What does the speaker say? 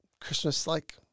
Christmas-like